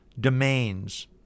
domains